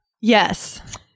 yes